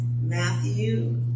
Matthew